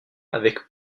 avec